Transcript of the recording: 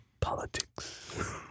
Politics